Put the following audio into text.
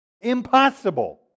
Impossible